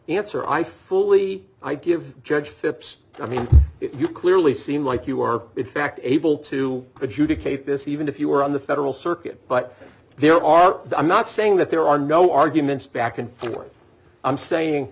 answer i fully i give judge phipps i mean you clearly seem like you are in fact able to adjudicate this even if you were on the federal circuit but there are i'm not saying that there are no arguments back and forth i'm saying